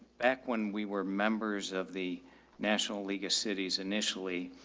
back when we were members of the national league of cities initially,